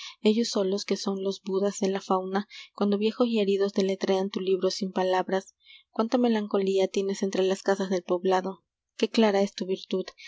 ellos solos que son los bhudas de la fauna cuando viejos y heridos deletrean tu libro sin palabras cuánta melancolía tienes entre las casas del poblado qué clara es tu virtud